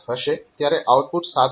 5 હશે ત્યારે આઉટપુટ 7